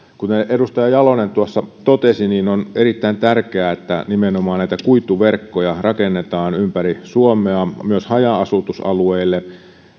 kuten edustaja jalonen tuossa totesi on erittäin tärkeää että nimenomaan näitä kuituverkkoja rakennetaan ympäri suomea myös haja asutusalueille